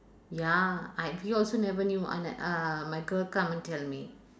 ya I we also never knew un~ uh my girl come and tell me